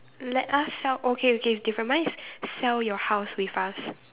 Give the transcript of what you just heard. let us sell okay okay different mine is sell your house with us